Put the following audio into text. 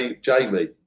Jamie